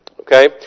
okay